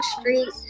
street